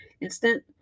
instant